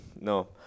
no